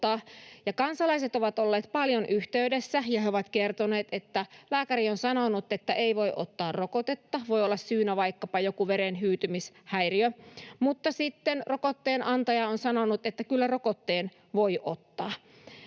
Kansalaiset ovat olleet paljon yhteydessä, ja he ovat kertoneet, että lääkäri on sanonut, että ei voi ottaa rokotetta — voi olla syynä vaikkapa joku veren hyytymishäiriö — mutta sitten rokotteen antaja on sanonut, että kyllä rokotteen voi ottaa.